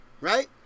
Right